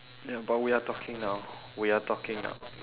ya but we are talking now we are talking now